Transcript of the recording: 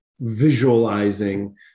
visualizing